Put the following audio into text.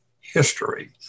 history